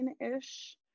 ish